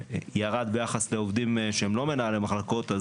ירד ביחס לעובדים שהם לא מנהלי מחלקות.